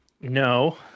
No